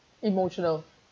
emotional